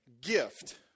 gift